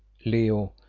leo,